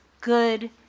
good